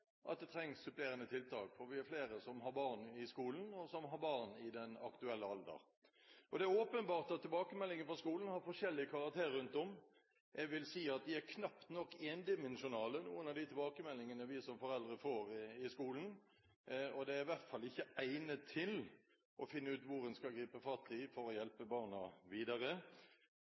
at det trengs supplerende tiltak, for vi er flere som har barn i skolen, og som har barn i den aktuelle alderen. Det er åpenbart at tilbakemeldinger fra skolen har forskjellig karakter rundt om. Jeg vil si at noen av de tilbakemeldingene vi som foreldre får fra skolen, knapt nok er endimensjonale, og de er i hvert fall ikke egnet til å finne ut hvor en skal gripe fatt for å hjelpe barna videre.